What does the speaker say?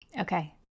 Okay